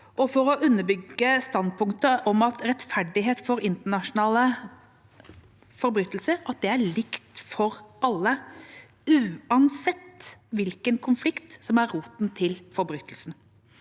og for å underbygge standpunktet om at rettferdighet i forbindelse med internasjonale forbrytelser er likt for alle, uansett hvilken konflikt som er roten til forbrytelsen.